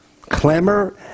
clamor